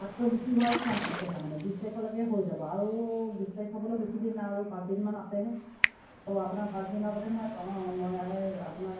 তাতকৈ বেছি হোৱাৰ চাঞ্চ আছে তাৰমানে বিছ তাৰিখলৈকে হৈ যাব আৰু বিছ তাৰিখ হ'বলৈও বেছি দিন আৰু পাঁচদিনমান আছেহে ত' আপোনাৰ পাঁচদিনৰ আগতে মই অঁ মই আপোনাৰ